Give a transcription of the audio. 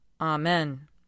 Amen